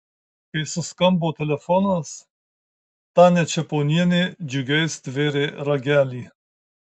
kai suskambo telefonas tania čeponienė džiugiai stvėrė ragelį